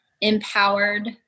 empowered